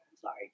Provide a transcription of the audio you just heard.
sorry